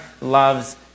loves